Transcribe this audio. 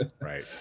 right